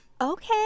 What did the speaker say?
Okay